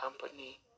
company